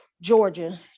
Georgia